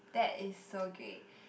that is so gay